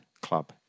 Club